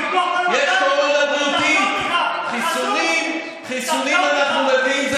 ואתה מדבר איתי על מינויים.